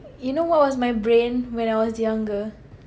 you know what was my brain when I was younger